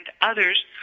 others